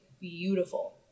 beautiful